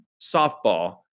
softball